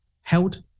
held